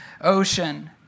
Ocean